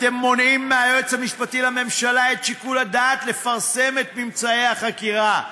אתם מונעים מהיועץ המשפטי לממשלה את שיקול הדעת לפרסם את ממצאי החקירה.